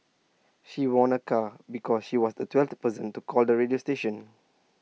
she won A car because she was the twelfth person to call the radio station